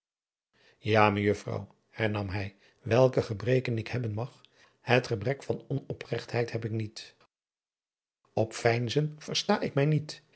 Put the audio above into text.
van hillegonda buisman hij welke gebreken ik hebben mag het gebrek van onopregtheid heb ik niet op veinzen versta ik mij niet